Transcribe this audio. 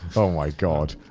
oh my god.